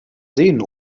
sehen